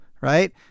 right